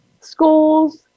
schools